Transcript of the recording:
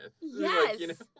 Yes